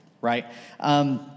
right